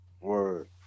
Word